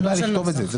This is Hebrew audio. אין מה לכתוב את זה.